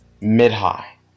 Mid-high